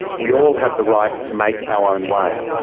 we all have the right to make our own way.